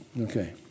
Okay